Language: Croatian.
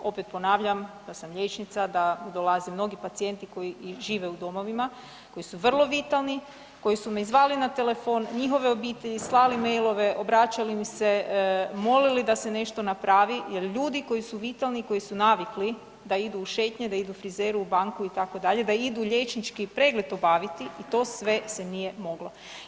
Opet ponavljam da sam liječnica, da dolaze mnogi pacijenti koji i žive u domovima koji su vrlo vitalni, koji su me zvali na telefon, njihove obitelji, slali mailove, obraćali mi se, molili da se nešto napravi jer ljudi koji su vitalni koji su navikli da idu u šetnje, da idu frizeru, u banku itd. da idu liječnički pregled obaviti i to sve se nije moglo.